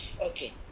Okay